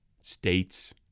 states